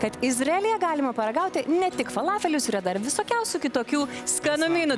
kad izraelyje galima paragauti ne tik falafelius ir dar visokiausių kitokių skanumynų